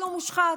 מושחת,